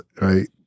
right